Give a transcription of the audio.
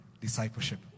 discipleship